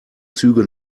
züge